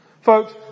Folks